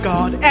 God